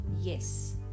yes